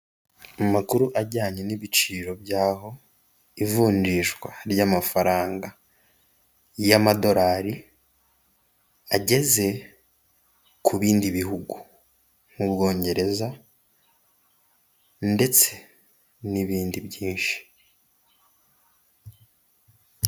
Amakuru ajyanye n'ibiciro by'aho ivunjishwa ry'amafaranga y'amadorari ageze ku bindi bihugu nk'ubwongereza ndetse n'ibindi byinshi.